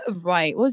Right